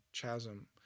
chasm